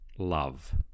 Love